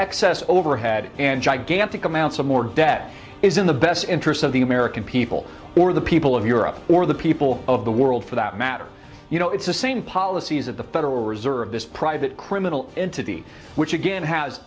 excess overhead and gigantic amounts of more debt is in the best interest of the american people or the people of europe or the people of the world for that matter you know it's the same policies of the federal reserve this private criminal entity which again has